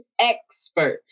expert